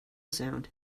sound